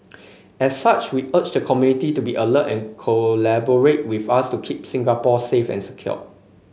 as such we urge the community to be alert and collaborate with us to keep Singapore safe and secure